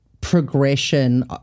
progression